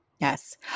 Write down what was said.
Yes